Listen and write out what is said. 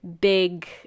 big